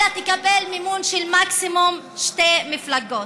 אלא תקבל מימון של מקסימום שתי מפלגות.